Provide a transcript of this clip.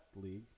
league